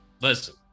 listen